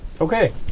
Okay